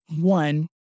one